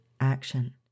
action